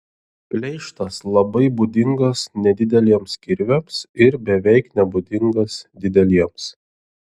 pleištas labai būdingas nedideliems kirviams ir beveik nebūdingas dideliems